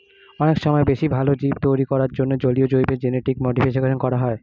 অনেক সময় বেশি ভালো জীব তৈরী করার জন্যে জলীয় জীবের জেনেটিক মডিফিকেশন করা হয়